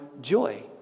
Joy